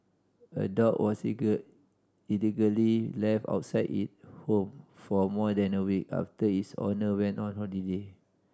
a dog was allegedly left outside it home for more than a week after its owner went on holiday